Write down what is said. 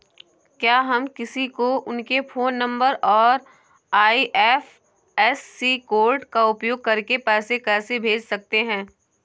क्या हम किसी को उनके फोन नंबर और आई.एफ.एस.सी कोड का उपयोग करके पैसे कैसे भेज सकते हैं?